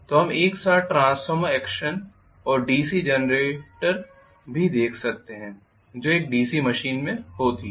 तो हम एक साथ ट्रांसफार्मर एक्शन और डीसी जेनरेटर भी देख सकते हैं जो एक एसी मशीन में होती है